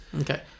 okay